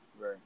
right